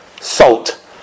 Salt